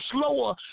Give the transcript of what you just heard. slower